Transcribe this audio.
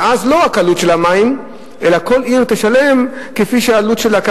ואז לא רק את העלות של המים אלא כל עיר תשלם לפי העלות שלה,